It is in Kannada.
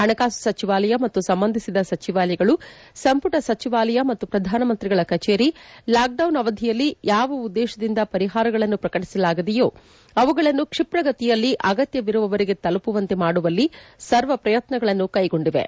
ಹಣಕಾಸು ಸಚಿವಾಲಯ ಮತ್ತು ಸಂಬಂಧಿಸಿದ ಸಚಿವಾಲಯಗಳು ಸಂಪುಟ ಸಚಿವಾಲಯ ಮತ್ತು ಪ್ರಧಾನಮಂತ್ರಿಗಳ ಕಚೇರಿ ಲಾಕ್ ಡೌನ್ ಅವಧಿಯಲ್ಲಿ ಯಾವ ಉದ್ದೇಶದಿಂದ ಪರಿಹಾರಗಳನ್ನು ಪ್ರಕಟಿಸಲಾಗಿದೆಯೋ ಅವುಗಳನ್ನು ಕ್ವಿಪ್ರಗತಿಯಲ್ಲಿ ಅಗತ್ಯವಿರುವವರಿಗೆ ತಲುಪುವಂತೆ ಮಾಡುವಲ್ಲಿ ಸರ್ವ ಪ್ರಯತ್ನಗಳನ್ನು ಕೈಗೊಂಡಿವೆ